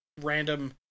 random